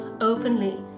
openly